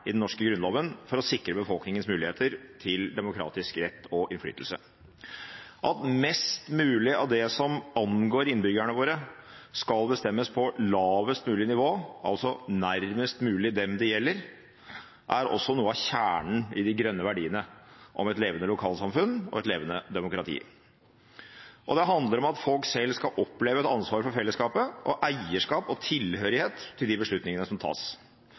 i den norske grunnloven for å sikre befolkningens muligheter til demokratisk rett og innflytelse. At mest mulig av det som angår innbyggerne våre, skal bestemmes på lavest mulig nivå, altså nærmest mulig dem det gjelder, er også noe av kjernen i de grønne verdiene om et levende lokalsamfunn og et levende demokrati. Det handler om at folk selv skal oppleve et ansvar for fellesskapet – og eierskap og tilhørighet til de beslutningene som tas.